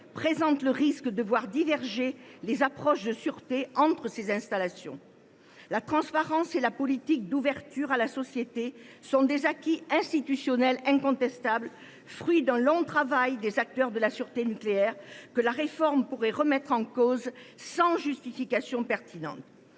présente le risque de voir diverger les approches de sûreté entre ces installations. La transparence et la politique d’ouverture à la société sont des acquis institutionnels incontestables, fruits d’un long travail des acteurs de la sûreté nucléaire. La réforme pourrait les remettre en cause sans justification pertinente.